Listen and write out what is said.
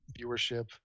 viewership